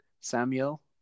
Samuel